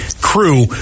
crew